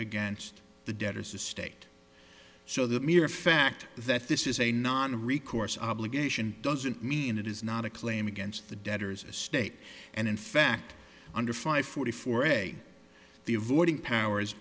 against the debtors estate so the mere fact that this is a nonrecourse obligation doesn't mean it is not a claim against the debtors estate and in fact under five forty four a the avoiding powers